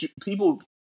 People